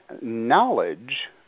knowledge